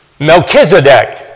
Melchizedek